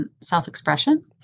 self-expression